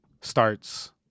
starts